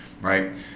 right